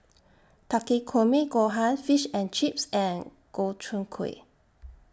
Takikomi Gohan Fish and Chips and Gobchang Gui